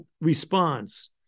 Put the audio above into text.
response